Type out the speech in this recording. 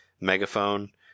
megaphone